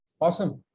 Awesome